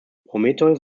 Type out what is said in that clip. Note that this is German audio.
prometheus